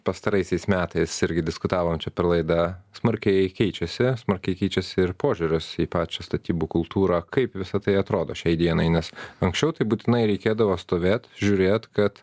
pastaraisiais metais irgi diskutavom šia per laidą smarkiai keičiasi smarkiai keičiasi ir požiūris į pačią statybų kultūrą kaip visa tai atrodo šiai dienai nes anksčiau tai būtinai reikėdavo stovėt žiūrėt kad